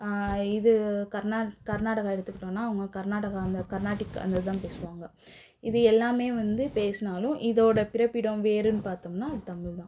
இது கர்நா கர்நாடகா எடுத்துக்கிட்டோன்னால் அவங்க கர்நாடகா அந்த கர்நாட்டிக் அந்த இதுதான் பேசுவாங்க இது எல்லாமே வந்து பேசினாலும் இதோடய பிறப்பிடம் வேறுன்னு பார்த்தோம்னா அது தமிழ் தான்